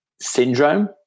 syndrome